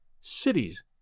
cities